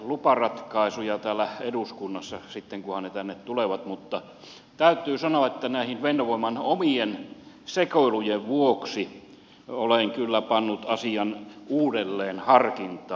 luparatkaisuja täällä eduskunnassa sitten kunhan ne tänne tulevat mutta täytyy sanoa että näiden fennovoiman omien sekoilujen vuoksi olen kyllä pannut asian uudelleen harkintaan